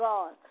God